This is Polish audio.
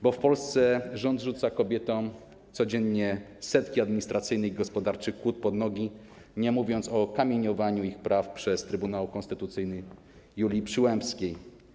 Bo w Polsce rząd rzuca codziennie kobietom setki administracyjnych i gospodarczych kłód pod nogi, nie mówiąc o kamieniowaniu ich praw przez Trybunał Konstytucyjny Julii Przyłębskiej.